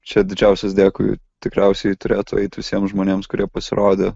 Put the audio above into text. čia didžiausias dėkui tikriausiai turėtų eit visiem žmonėms kurie pasirodė